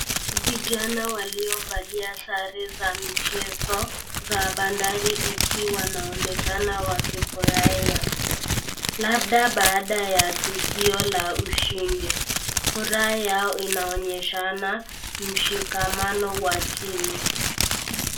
Vijana waliovalia sare za michezo za Bandari Fc wanaonekana wakifurahia labda baada ya tukio la ushindi. Furaha yao inaonyeshana mshikamano wa timu.